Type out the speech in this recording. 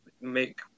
make